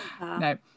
no